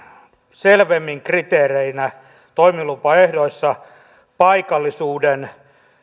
selvemmin kriteerinä toimilupaehdoissa paikallisuuden